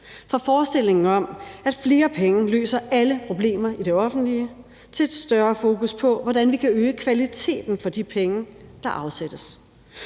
fra forestillingen om, at flere penge løser alle problemer i det offentlige, til et større fokus på, hvordan vi kan øge kvaliteten for de penge, der afsættes;